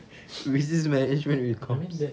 business management with comms